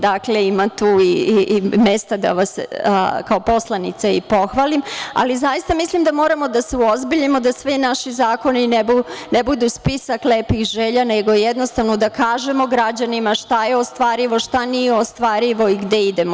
Dakle ima tu mesta da vas kao poslanica pohvalim, ali zaista mislim da moramo da se uozbiljimo, da svi naši zakoni ne budu spisak lepih želja, nego jednostavno da kažemo građanima šta je ostvarimo, šta nije ostvarivo i gde idemo.